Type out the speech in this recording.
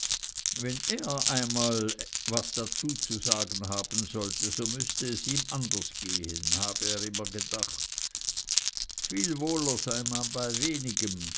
wenn er einmal was dazu zu sagen haben sollte so müßte es ihm anders gehen habe er immer gedacht viel wohler sei man bei wenigem